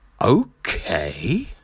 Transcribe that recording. Okay